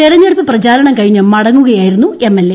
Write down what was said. തെരഞ്ഞെടുപ്പ് പ്രചാരണം കഴിഞ്ഞ് മടങ്ങുകയായിരുന്നു എം എൽ എ